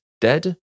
dead